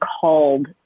called